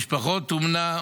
משפחות אומנה,